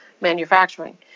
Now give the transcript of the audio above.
manufacturing